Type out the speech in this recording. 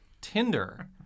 Tinder